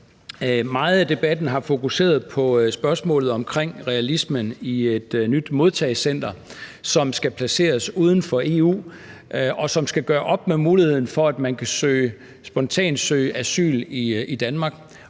Meget af debatten har fokuseret på spørgsmålet om realismen i, at et nyt modtagecenter skal placeres uden for EU og skal gøre op med muligheden for, at man spontant kan søge asyl i Danmark,